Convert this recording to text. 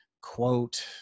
quote